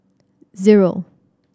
zero